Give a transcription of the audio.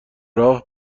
راه